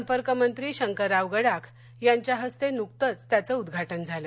संपर्कमंत्री शंकरराव गडाख यांच्या हस्ते नुकतंच त्याचं उद्घाटन झालं